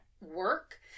work